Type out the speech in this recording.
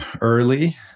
early